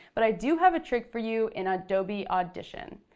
but i do have a trick for you in adobe audition.